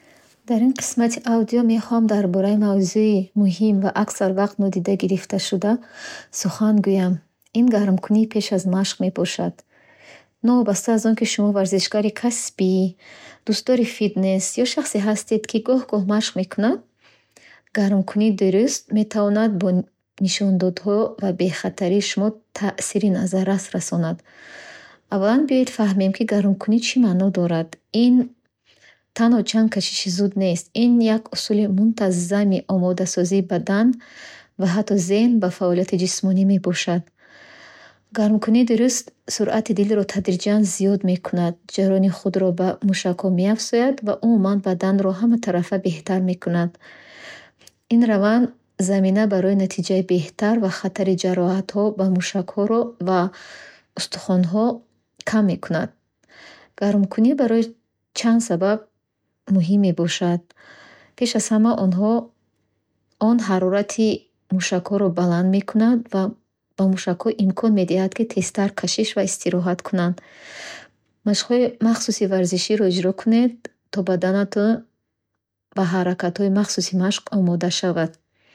Дар ин қисмати аудио мехоҳам дар бораи мавзӯи муҳим ва аксар вақт нодида гирифташуда сухан гӯям ин гармкунӣ пеш аз машқ мебошад. Новобаста аз он ки шумо варзишгари касбӣ, дӯстдори фитнес ё шахсе ҳастед, ки гоҳ-гоҳ машқ мекунад, гармкунии дӯруст метавонад ба нишондодҳо ва бехатарии шумо таъсири назаррас расонад. Аввалан, биёед фаҳмем, ки гармкунӣ чӣ маъно дорад? Ин танҳо чанд кашиши зуд нест. Ин як усули мунтаззми омодасозии бадан ва ҳатто зеҳн ба фаъолияти ҷисмонӣ мебошад. Гармкунии дӯруст суръати дилро тадриҷан зиёд мекунад, ҷараёни худро ба мушакҳо меафзояд ва умуман баданро ҳаматарафа беҳтар мекунад. Ин раванд замина барои натиҷаи беҳтар ва хатари ҷароҳатҳо ба мушакҳоро ва устухонҳо кам мекунад. Гармкунӣ барои чанд сабаб муҳим мебошад. Пеш аз ҳама, онҳо он ҳарорати мушакҳоро баланд мекунад ва ба мушакҳо имкон медиҳад тезтар кашиш ва истироҳат кунанд. Машқҳои махсуси варзиширо иҷро кунед, то баданатон ба ҳаракатҳои махсуси машқ омода шавад.